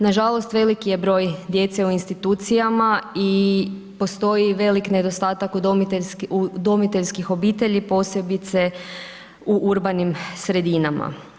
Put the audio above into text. Nažalost veliki je broj djece u institucijama i postoji velik nedostatak udomiteljskih obitelji posebice u urbanim sredinama.